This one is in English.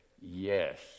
yes